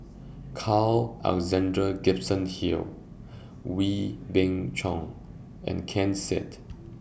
Carl Alexander Gibson Hill Wee Beng Chong and Ken Seet